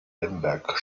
lemberg